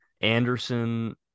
Anderson